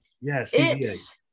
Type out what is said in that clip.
yes